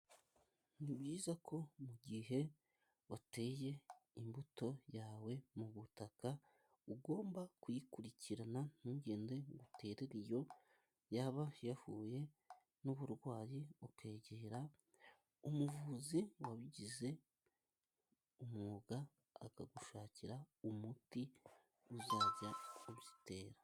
Ni byiza ko mu gihe wateye imbuto yawe mu butaka ugomba kuyikurikirana, ntugende ngo uterere iyo. Yaba yahuye n'uburwayi ukegera umuvuzi wabigize umwuga, akagushakira umuti uzajya ubitera.